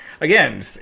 again